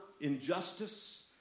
injustice